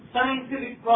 scientific